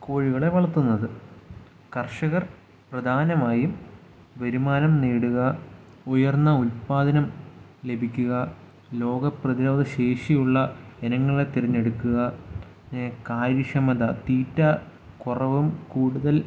കോഴികളെ വളർത്തുന്നത് കർഷകർ പ്രധാനമായും വരുമാനം നേടുക ഉയർന്ന ഉൽപാദനം ലഭിക്കുക രോഗ പ്രതിരോധ ശേഷിയുള്ള ഇനങ്ങളെ തെരഞ്ഞെടുക്കുക പിന്നെ കാര്യക്ഷമത തീറ്റ കുറവും കൂടുതൽ